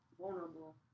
Vulnerable